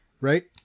right